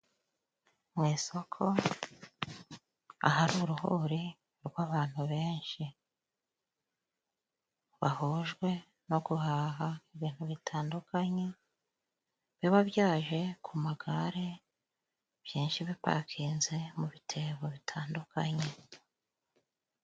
Mu isoko ahari uruhuri rw'abantu benshi bahujwe no guhaha ibintu bitandukanye biba byaje ku magare, byinshi bipakinze mu bitebo bitandukanye.